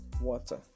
water